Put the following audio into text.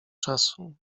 czasu